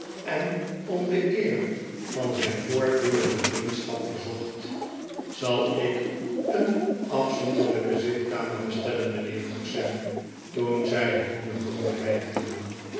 en om de eer van zijn voortdurende vriendschap verzocht zal ik een afzonderlijke zitkamer bestellen mijnheer vroeg sam toen zij de groene boom bereikten